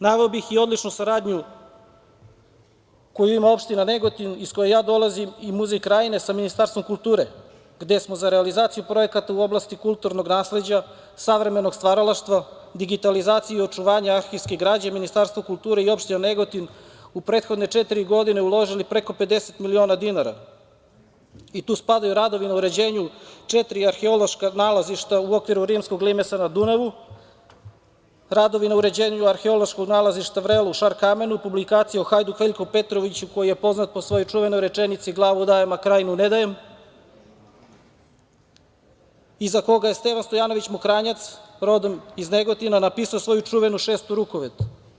Naveo bih i odličnu saradnju koju ima opština Negotin, iz koje ja dolazim, i Muzej Krajine sa Ministarstvom kulture, gde smo za realizaciju projekata u oblasti kulturnog nasleđa savremenog stvaralaštva, digitalizaciju i očuvanje arhivske građe, Ministarstvo kulture i opština Negotin u prethodne četiri godine uložili preko 50 miliona dinara i tu spadaju radovi na uređenju četiri arheološka nalazišta u okviru Rimskog limesa na Dunavu, radovi na uređenju arheološkog nalazišta Vrelo u Šarkamenu, publikacije o Hajduk Veljku Petroviću, koji je poznat po svojoj čuvenoj rečenici: „Glavu dajem, a Krajinu ne dajem“ i za koga je Stevan Stojanović Mokranjac, rodom iz Negotina, napisao svoju čuvenu „Šestu rukovet“